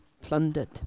plundered